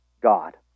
god